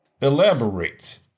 Elaborate